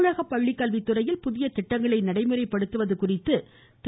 தமிழக பள்ளிக்கல்வித்துறையில் புதிய திட்டங்களை நடைமுறைப்படுத்துவது குறித்து அவருடன் திரு